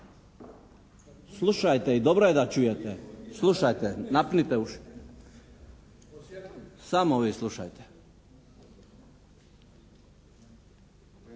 Slušajte i dobro je da čujete! Slušajte, napnite uši! Samo vi slušajte!